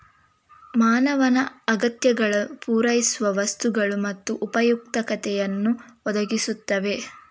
ಮಾನವನ ಅಗತ್ಯಗಳನ್ನು ಪೂರೈಸುವ ವಸ್ತುಗಳು ಮತ್ತು ಉಪಯುಕ್ತತೆಯನ್ನು ಒದಗಿಸುತ್ತವೆ